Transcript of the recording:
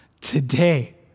today